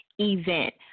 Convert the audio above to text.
event